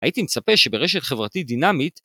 ‫הייתי מצפה שברשת חברתית דינמית...